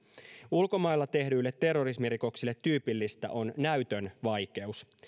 ulkomailla tehdyille terrorismirikoksille tyypillistä on näytön vaikeus